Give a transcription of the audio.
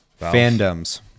fandoms